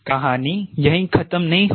कहानी यहीं खत्म नहीं होती